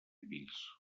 pis